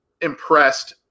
impressed